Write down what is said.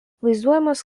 vaizduojamas